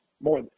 more